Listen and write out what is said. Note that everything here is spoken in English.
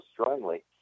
strongly